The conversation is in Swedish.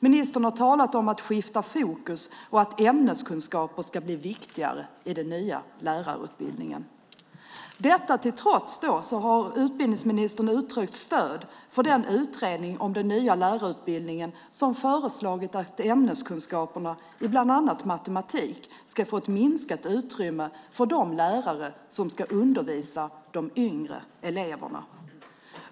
Ministern har talat om att skifta fokus och att ämneskunskaper ska bli viktigare i den nya lärarutbildningen. Detta till trots har utbildningsministern uttryckt stöd för den utredning om den nya lärarutbildningen som föreslagit att ämneskunskaperna i bland annat matematik ska få ett minskat utrymme för de lärare som ska undervisa de yngre eleverna.